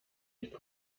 nicht